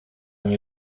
nie